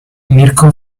mirco